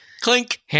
Clink